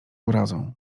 urazą